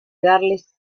darles